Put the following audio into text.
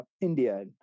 India